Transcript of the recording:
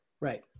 Right